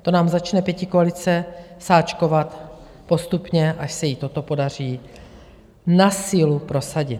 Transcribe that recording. To nám začne pětikoalice sáčkovat postupně, až se jí toto podaří na sílu prosadit.